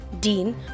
Dean